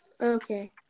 Okay